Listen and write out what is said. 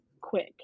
quick